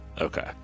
Okay